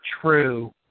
true